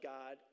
God